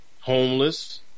homeless